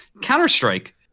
Counter-Strike